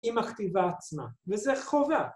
‫עם הכתיבה עצמה, וזה חובה.